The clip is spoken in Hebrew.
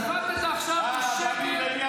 אתה מציג את זה כאילו אני מזלזל,